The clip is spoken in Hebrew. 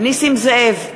נסים זאב,